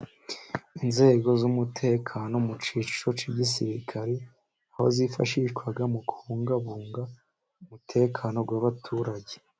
Inzego z'umutekano mu kiciro cy'igisirikare aho zifashishwa mu kubungabunga umutekano w'abaturage.